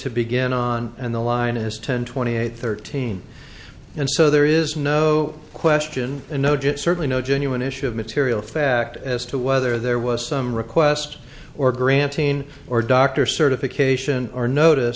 to begin on and the line is ten twenty eight thirteen and so there is no question no just certainly no genuine issue of material fact as to whether there was some request or granting or doctor certification or notice